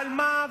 על מה,